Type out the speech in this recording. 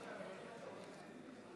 תודה.